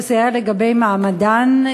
לסייע לגבי מעמדן,